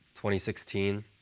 2016